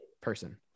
person